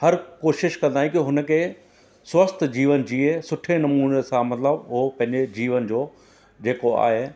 हर कोशिशि कंदा आहियूं की हुन खे स्वस्थ जीवन जीए सुठे नमूने सां मतिलबु हो पंहिंजे जीवन जो जेको आहे